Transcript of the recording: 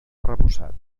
arrebossat